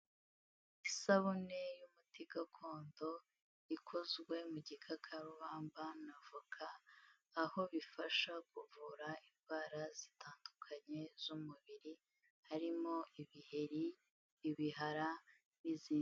Isabune y'umuti gakondo ikozwe mu gikarubamba na voka aho bifasha kuvura indwara zitandukanye z'umubiri harimo ibiheri, ibihara n'izindi.